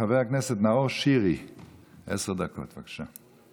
חבר הכנסת נאור שירי, עשר דקות, בבקשה.